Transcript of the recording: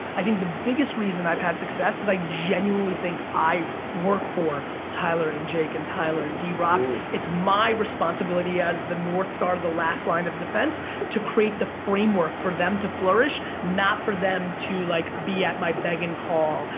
i think the biggest reason i've had success is i genuinely think i work for tyler and jake and tyler and drock. it's my responsibility as the north star to the last line of defense to create the framework for them to flourish, not for them to like be at my beck and call,